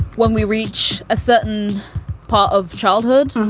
when we reach a certain part of childhood,